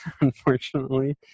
unfortunately